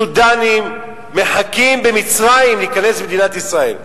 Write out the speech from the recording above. סודנים מחכים במצרים להיכנס למדינת ישראל.